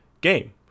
game